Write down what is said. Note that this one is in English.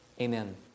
amen